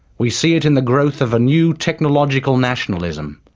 we see it in the growth of a new technological nationalism,